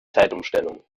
zeitumstellung